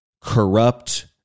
corrupt